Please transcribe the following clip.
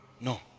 No